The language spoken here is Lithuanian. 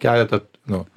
keletą nu